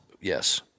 Yes